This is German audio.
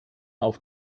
auf